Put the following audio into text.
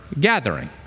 gathering